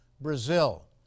Brazil